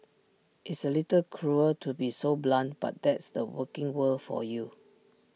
it's A little cruel to be so blunt but that's the working world for you